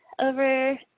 over